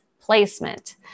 placement